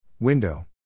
Window